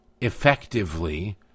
effectively